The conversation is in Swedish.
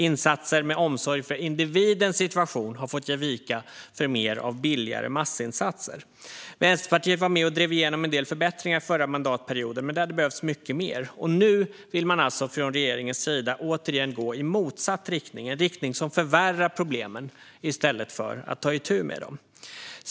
Insatser med omsorg om individens situation har fått ge vika för mer av billigare massinsatser. Vänsterpartiet var med och drev igenom en del förbättringar under den förra mandatperioden, men det hade behövts mycket mer. Nu vill man alltså från regeringens sida återigen gå i motsatt riktning - en riktning som förvärrar problemen i stället för att ta itu med dem.